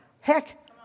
Heck